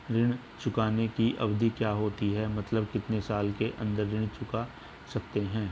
ऋण चुकाने की अवधि क्या होती है मतलब कितने साल के अंदर ऋण चुका सकते हैं?